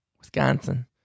Wisconsin